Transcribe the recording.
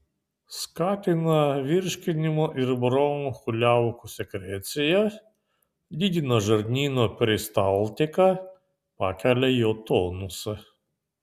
skatina virškinimo ir bronchų liaukų sekreciją didina žarnyno peristaltiką pakelia jo tonusą